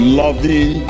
loving